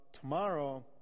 tomorrow